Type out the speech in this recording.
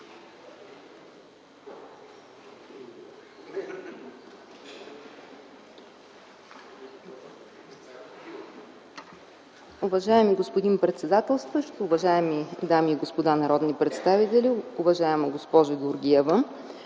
Уважаеми господин председател, уважаеми дами и господа народни представители, уважаеми господин Георгиев!